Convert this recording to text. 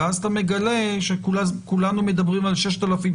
ואז אתה מגלה שכולנו מדברים על 6,000,